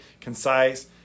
concise